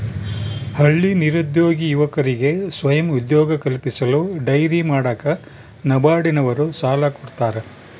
ಹಳ್ಳಿ ನಿರುದ್ಯೋಗಿ ಯುವಕರಿಗೆ ಸ್ವಯಂ ಉದ್ಯೋಗ ಕಲ್ಪಿಸಲು ಡೈರಿ ಮಾಡಾಕ ನಬಾರ್ಡ ನವರು ಸಾಲ ಕೊಡ್ತಾರ